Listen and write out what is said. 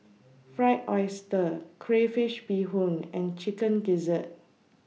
Fried Oyster Crayfish Beehoon and Chicken Gizzard